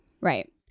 Right